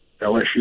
LSU